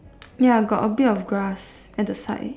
ya got a bit of grass at the side